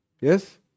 Yes